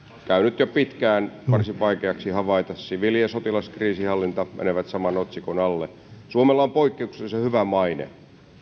käynyt jo pitkään varsin vaikeaksi havaita siviili ja sotilaskriisinhallinta menevät saman otsikon alle suomella on poikkeuksellisen hyvä maine